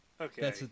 Okay